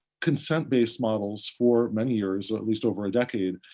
consent-based models for many years, at least over a decade,